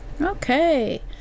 okay